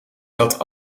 dat